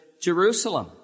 Jerusalem